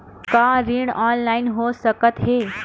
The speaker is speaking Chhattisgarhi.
का ऋण ऑनलाइन हो सकत हे?